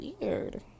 weird